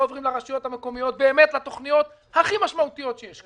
עוברים לרשויות המקומיות לתוכניות הכי משמעותיות שיש,